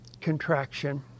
contraction